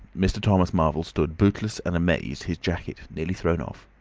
mr. thomas marvel stood bootless and amazed, his jacket nearly thrown off.